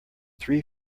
three